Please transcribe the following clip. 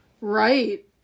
Right